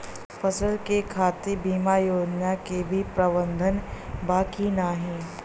फसल के खातीर बिमा योजना क भी प्रवाधान बा की नाही?